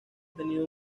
tenido